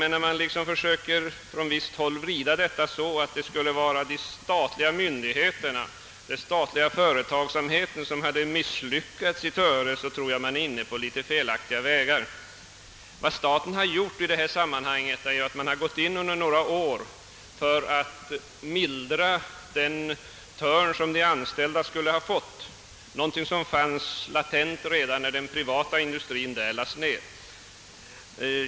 När man från visst håll försöker vrida det hela så att det skulle vara den statliga företagsamheten som har misslyckats i Töre, tror jag emellertid att man är inne på felaktiga vägar. Vad staten har gjort i detta sammanhang är att den har gått in under några år för att mildra den törn som de anställda skulle ha fått genom en utveckling som fanns latent redan när den privata industrin på orten lades ned.